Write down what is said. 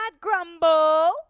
grumble